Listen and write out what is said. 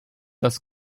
das